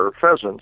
pheasants